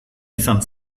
izan